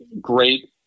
Great